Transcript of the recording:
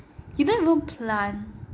you don't even plant